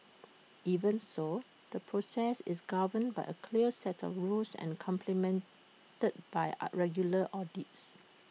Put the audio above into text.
even so the process is governed by A clear set of rules and complemented by regular audits